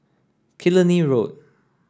Killiney Road